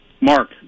Mark